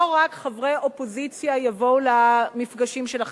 רק חברי אופוזיציה יבואו למפגשים שלכם,